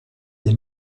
les